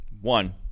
one